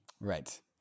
Right